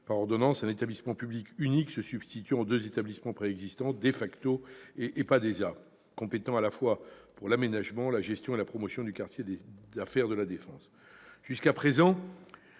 par ordonnance, un établissement public unique se substituant aux deux établissements préexistants, DEFACTO et l'EPADESA, compétent à la fois pour l'aménagement, la gestion et la promotion du quartier d'affaires de La Défense.